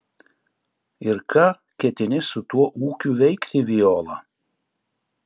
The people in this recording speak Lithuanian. ir ką ketini su tuo ūkiu veikti viola